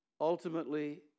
ultimately